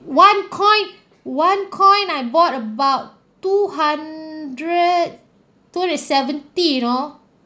one coin one coin I bought about two hundred two hundred and seventy you know